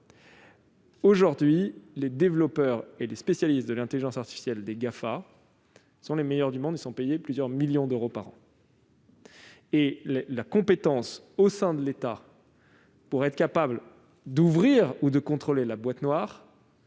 Aujourd'hui, les développeurs et les spécialistes de l'intelligence artificielle des GAFA sont les meilleurs du monde et sont payés plusieurs millions d'euros par an. La compétence disponible au sein de l'État pour ouvrir ou contrôler les boîtes noires,